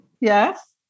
Yes